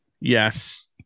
Yes